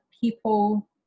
people